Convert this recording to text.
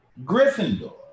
Gryffindor